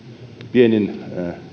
pienin